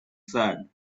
said